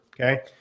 okay